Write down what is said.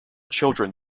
children